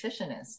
nutritionist